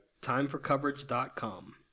timeforcoverage.com